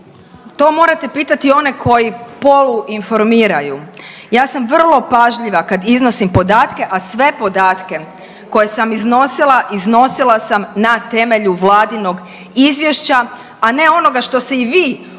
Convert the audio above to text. To morate pitati one koji polu informiraju. Ja sam vrlo pažljiva kad iznosim podatke, a sve podatke koje sam iznosila, iznosila sam na temelju vladinog izvješća, a ne onoga što se i vi ovdje